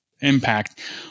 impact